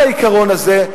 על העיקרון הזה,